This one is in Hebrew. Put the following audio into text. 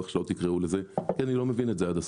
איך שלא תקראו לזה כי אני לא מבין את זה עד הסוף.